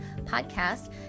podcast